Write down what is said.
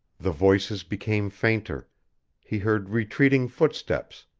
the voices became fainter he heard retreating footsteps,